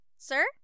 Sir